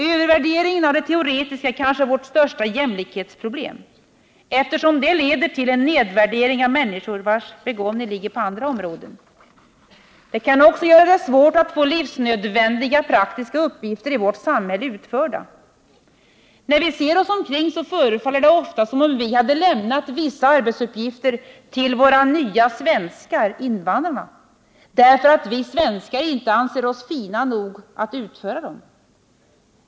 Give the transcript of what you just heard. Övervärderingen av det teoretiska är kanske vårt största jämlikhetsproblem, eftersom det leder till en nedvärdering av människor vilkas begåvning ligger på andra områden. Det kan också göra det svårt att få livsnödvändiga praktiska uppgifter i vårt samhälle utförda. När vi ser oss omkring förefaller det ofta som om vi hade lämnat vissa arbetsuppgifter till våra nya svenskar, invandrarna, därför att vi svenskar inte anser oss fina nog att utföra dem.